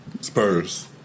Spurs